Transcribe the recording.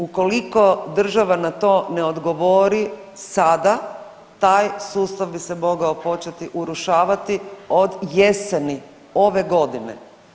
Ukoliko država na to ne odgovori sada, taj sustav bi se mogao početi urušavati od jeseni ove godine.